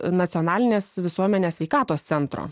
nacionalinės visuomenės sveikatos centro